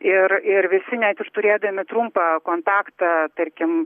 ir ir visi net ir turėdami trumpą kontaktą tarkim